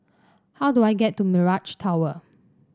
how do I get to Mirage Tower